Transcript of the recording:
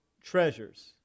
treasures